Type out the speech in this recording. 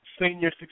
senior